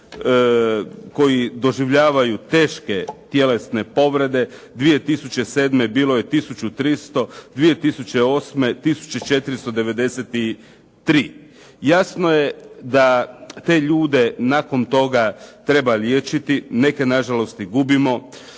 koji doživljavaju teške tjelesne povrede 2007. bilo je tisuću 300, 2008. tisuću 493. Jasno je da te ljude nakon toga treba liječiti, neke nažalost i gubimo